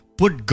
put